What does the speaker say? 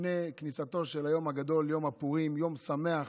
לפני כניסתו של היום הגדול, יום הפורים, יום שמח,